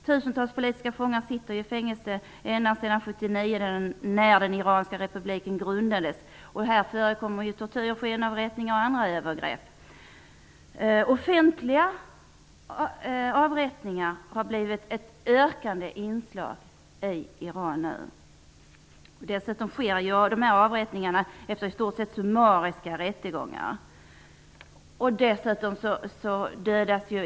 Tusentals politiska fångar sitter i fängelse, en del ända sedan år 1979 då den iranska republiken grundades. Här förekommer tortyr, skenavrättningar och andra övergrepp. Offentliga avrättningar har blivit ett ökat inslag i Iran. Dessutom sker avrättningarna efter i stort sett summariska rättegångar.